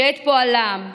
שאת פועלם,